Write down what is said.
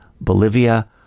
Bolivia